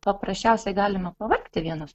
paprasčiausiai galime pavargti vienas